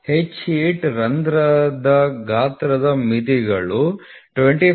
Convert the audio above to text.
H8 ರಂಧ್ರದ ಗಾತ್ರದ ಮಿತಿಗಳು 25